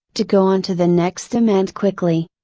to go on to the next demand quickly.